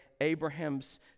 Abraham's